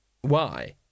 Why